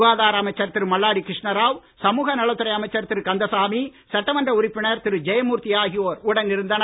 சுகாதார அமைச்சர் திரு மல்லாடி கிருஷ்ணராவ் சமூக நலத்துறை அமைச்சர் திரு கந்தசாமி சட்டமன்ற உறுப்பினர் திரு ஜெயமூர்த்தி ஆகியோர் உடன் இருந்தனர்